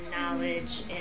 knowledge